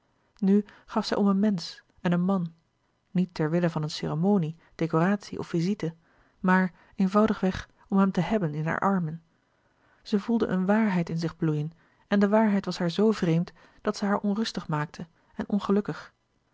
nu gaf zij om een mensch en een man niet ter wille van een ceremonie decoratie of visite maar eenvoudig weg om hem te hebben in haar armen zij voelde eene waarheid in zich bloeien en de waarheid was haar zoo vreemd dat ze haar onrustig maakte en ongelukkig